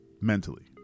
mentally